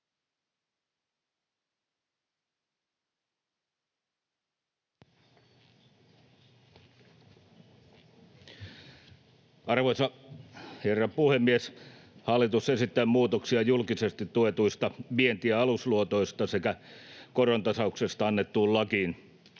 Arvoisa herra puhemies! Hallitus esittää muutoksia julkisesti tuetuista vienti‑ ja alusluotoista sekä korontasauksesta annettuun lakiin.